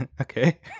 Okay